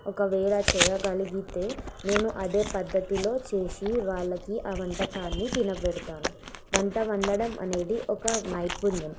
ఒకవేళ చేయగలిగితే నేను అదే పద్ధతిలో చేసి వాళ్ళకి ఆ వంటకాన్ని తినపెడతాను వంట వండడం అనేది ఒక నైపుణ్యం